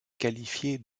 qualifiée